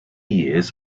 years